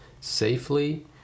safely